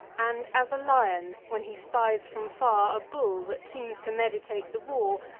and, as a lion when he spies from far a bull that seems to meditate the war,